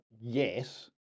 yes